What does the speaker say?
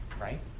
right